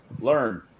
Learn